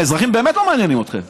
האזרחים באמת לא מעניינים אתכם.